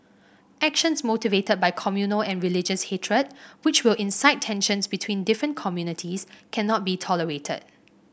actions motivated by communal and religious hatred which will incite tensions between different communities cannot be tolerated